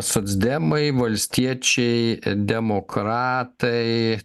socdemai valstiečiai demokratai